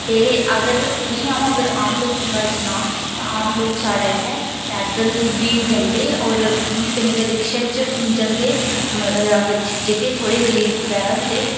ते अगर तुसें अ'ऊं अगर आम लोकें ई गल्ल सनांऽ तां आम लोक साढ़े इ'त्थें पैदल बी जंदे होर नि'क्के नि'क्के रिक्शे ई जंदे म अगर जेह्के थोह्ड़े गरीब बगैरा होंदे